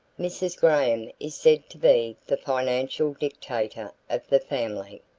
mrs. graham is said to be the financial dictator of the family.